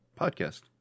podcast